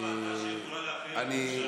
אין ועדה שיכולה להפעיל את הממשלה.